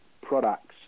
products